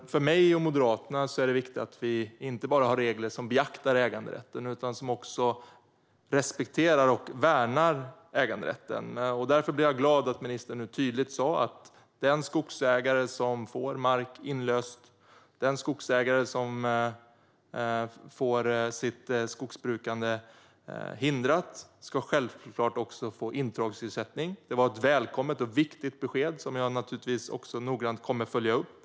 För mig och Moderaterna är det viktigt att vi har regler som inte bara beaktar äganderätten utan som också respekterar och värnar den. Därför blev jag glad att ministern nu tydligt sa att den skogsägare som får mark inlöst och den som får sitt skogsbrukande hindrat självklart också ska få intrångsersättning. Det var ett välkommet och viktigt besked som jag också noggrant kommer att följa upp.